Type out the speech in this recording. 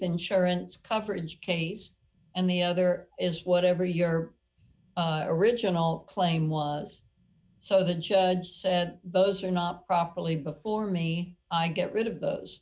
insurance coverage case and the other is whatever your original claim was so the judge said those are not properly before me i get rid of those